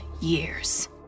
years